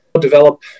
develop